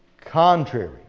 Contrary